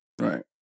Right